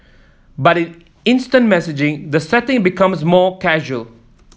but in instant messaging the setting becomes more casual